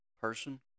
person